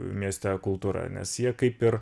mieste kultūra nes jie kaip ir